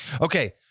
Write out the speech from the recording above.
Okay